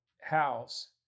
house